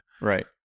Right